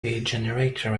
generator